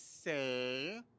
say